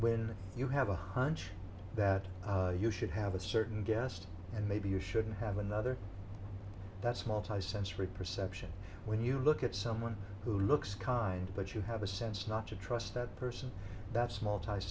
when you have a hunch that you should have a certain guest and maybe you shouldn't have another that's multi sensory perception when you look at someone who looks kind but you have a sense not to trust that person that's small tie